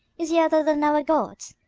is he other than our gods?